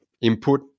input